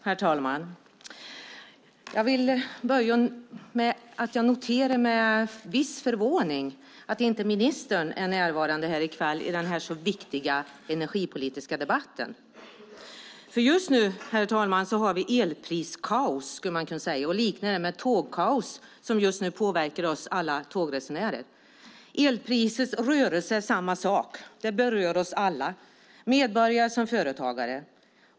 Herr talman! Jag vill börja med att säga att jag med viss förvåning noterar att inte ministern är närvarande i kväll i den här så viktiga energipolitiska debatten. För just nu, herr talman, har vi elpriskaos, skulle man kunna säga. Det kan liknas vid det tågkaos som just nu påverkar oss alla tågresenärer. Det är samma sak med elprisets rörelse. Det berör oss alla, medborgare som företagare.